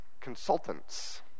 consultants